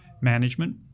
management